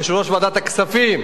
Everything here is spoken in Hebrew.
יושב-ראש ועדת הכספים,